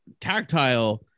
tactile